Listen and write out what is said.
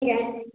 ले गइल